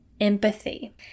empathy